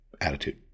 attitude